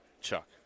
Chuck